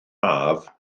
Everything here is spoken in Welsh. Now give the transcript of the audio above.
haf